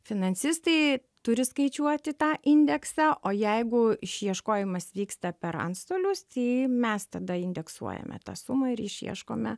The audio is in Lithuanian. finansistai turi skaičiuoti tą indeksą o jeigu išieškojimas vyksta per antstolius tai mes tada indeksuojame tą sumą ir išieškome